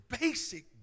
basic